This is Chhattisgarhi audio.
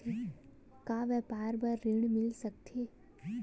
का व्यापार बर ऋण मिल सकथे?